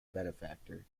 benefactor